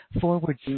forward